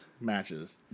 matches